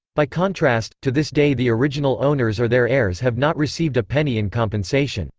by contrast, to this day the original owners or their heirs have not received a penny in compensation.